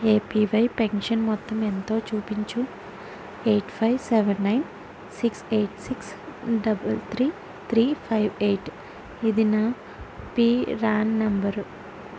APY pension మొత్తం ఎంతో చూపించుము eight five seven nine six eight six double three three five eight ఇది నా ప్రాన్ నంబరు